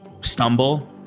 stumble